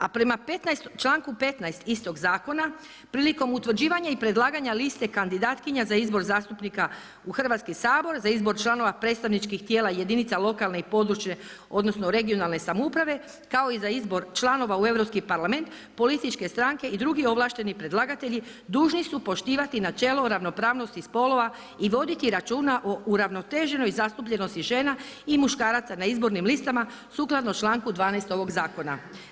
A prema članku 15. istog zakona, prilikom utvrđivanja i predlaganja liste kandidatkinja za izbor zastupnika u Hrvatski sabor, za izbor članova predstavničkih tijela i jedinica lokalne i područne, regionalne, samouprave, kao i za izbor članova u Europski parlament, političke stranke i drugi ovlašteni predlagatelji, dužni su poštivati načelo o ravnopravnosti spolova i voditi računa o uravnoteženoj zastupljenosti žena i muškaraca na izbornim listama sukladno članku 12. ovog zakona.